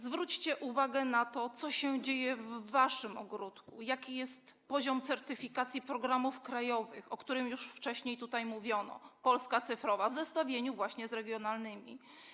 Zwróćcie uwagę na to, co dzieje się w waszym ogródku, jaki jest poziom certyfikacji programów krajowych, o których już wcześniej tutaj mówiono - „Polska cyfrowa”, w zestawieniu właśnie z regionalnymi.